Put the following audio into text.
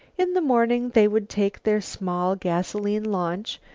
in the morning they would take their small gasoline launch,